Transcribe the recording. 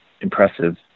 impressive